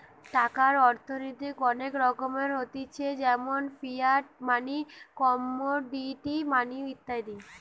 টাকার অর্থনৈতিক অনেক রকমের হতিছে যেমন ফিয়াট মানি, কমোডিটি মানি ইত্যাদি